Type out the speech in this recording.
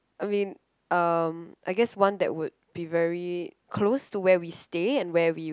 I mean um I guess that one would be very close to where we stay and where we